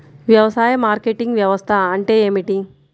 వ్యవసాయ మార్కెటింగ్ వ్యవస్థ అంటే ఏమిటి?